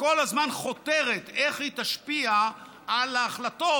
וכל הזמן חותרת איך היא תשפיע על ההחלטות